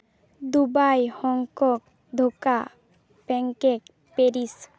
Dubai Hong Kong Dhaka Bangkok Paris